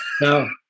No